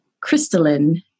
crystalline